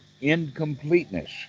incompleteness